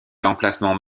l’emplacement